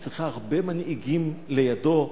היא צריכה הרבה מנהיגים לידו,